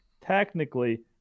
technically